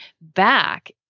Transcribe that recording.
back